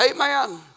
Amen